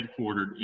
headquartered